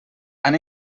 han